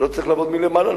לא צריך לעבוד מלמעלה,